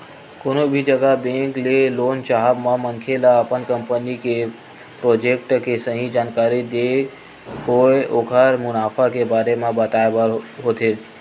कोनो भी जघा बेंक ले लोन चाहब म मनखे ल अपन कंपनी के प्रोजेक्ट के सही जानकारी देत होय ओखर मुनाफा के बारे म बताय बर होथे